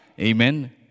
Amen